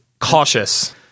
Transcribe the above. cautious